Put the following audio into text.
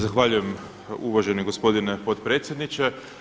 Zahvaljujem uvaženi gospodine potpredsjedniče.